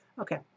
Okay